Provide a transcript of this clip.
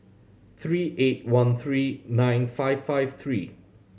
three eight one three nine five five three